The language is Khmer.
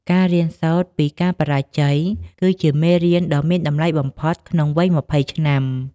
ការរៀនសូត្រពីការបរាជ័យ គឺជាមេរៀនដ៏មានតម្លៃបំផុតក្នុងវ័យ ២០ ឆ្នាំ។